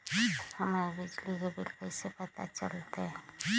हमर बिजली के बिल कैसे पता चलतै?